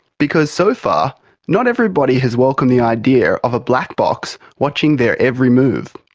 because so far not everybody has welcomed the idea of a black box watching their every move.